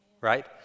Right